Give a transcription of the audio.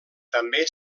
també